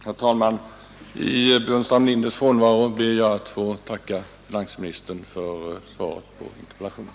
Herr talman! I herr Burenstam Linders frånvaro ber jag att få tacka finansministern för svaret på interpellationen.